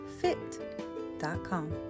fit.com